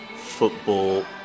football